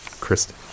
Kristen